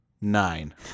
Nine